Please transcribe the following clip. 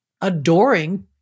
adoring